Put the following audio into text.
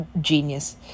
genius